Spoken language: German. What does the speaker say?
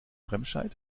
remscheid